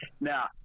Now